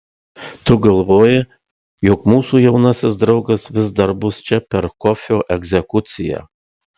tu galvoji jog mūsų jaunasis draugas vis dar bus čia per kofio egzekuciją